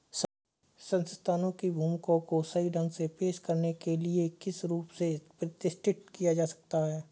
संस्थानों की भूमिका को सही ढंग से पेश करने के लिए किस रूप से प्रतिष्ठित किया जा सकता है?